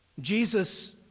Jesus